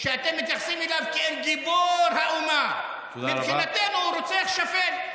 שאתם מתייחסים אליו כאל גיבור האומה ומבחינתנו הוא רוצח שפל,